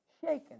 shaken